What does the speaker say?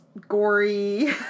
gory